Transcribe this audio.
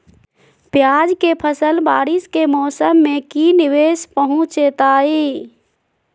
प्याज के फसल बारिस के मौसम में की निवेस पहुचैताई?